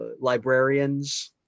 librarians